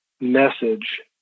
message